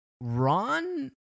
Ron